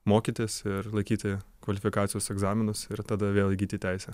mokytis ir laikyti kvalifikacijos egzaminus ir tada vėl įgyti teisę